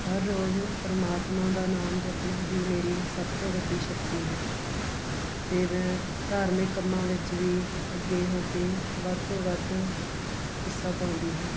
ਹਰ ਰੋਜ਼ ਪਰਮਾਤਮਾ ਦਾ ਨਾਮ ਜਪਣਾ ਹੀ ਮੇਰੀ ਸਭ ਤੋਂ ਵੱਡੀ ਸ਼ਕਤੀ ਹੈ ਅਤੇ ਮੈਂ ਧਾਰਮਿਕ ਕੰਮਾਂ ਵਿੱਚ ਵੀ ਅੱਗੇ ਹੋ ਕੇ ਵੱਧ ਤੋਂ ਵੱਧ ਹਿੱਸਾ ਪਾਉਂਦੀ ਹਾਂ